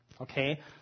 okay